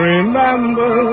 Remember